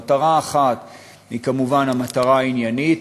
מטרה אחת היא כמובן המטרה העניינית,